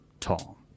tall